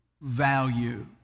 value